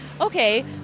okay